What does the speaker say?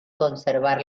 conservar